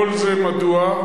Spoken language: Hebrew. כל זה מדוע?